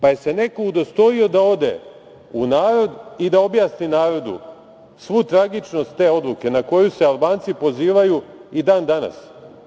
Pa, jel se neko udostojio da ode u narod i da objasni narodu svu tragičnost te odluke na koju se Albanci pozivaju i dan danas?